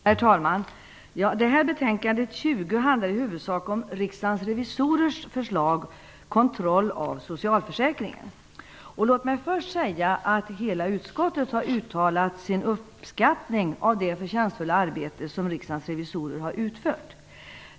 Herr talman! Betänkande 20 handlar i huvudsak om Riksdagens revisorers förslag Kontroll av socialförsäkringen. Låt mig först säga att hela utskottet har uttalat sin uppskattning av det förtjänstfulla arbete som Riksdagens revisorer har utfört.